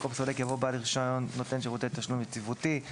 במקום "סולק" יבוא בעל רישיון נותן שירותי תשלום יציבותי".